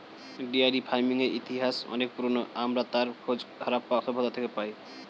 dairy ফার্মিংয়ের ইতিহাস অনেক পুরোনো, আমরা তার খোঁজ হারাপ্পা সভ্যতা থেকে পাই